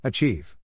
Achieve